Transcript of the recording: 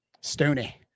Stoney